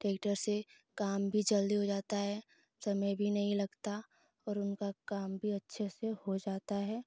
अब ट्रैक्टर से काम भी जल्दी हो जाता है समय भी नहीं लगता और उनका काम भी अच्छे से हो जाता है